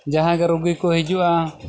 ᱡᱟᱦᱟᱸᱭ ᱜᱮ ᱨᱩᱜᱤ ᱠᱚ ᱦᱤᱡᱩᱜᱼᱟ